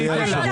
אני אתן לך,